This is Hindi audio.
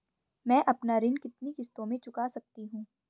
मैं अपना ऋण कितनी किश्तों में चुका सकती हूँ?